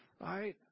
right